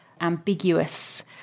ambiguous